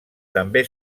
també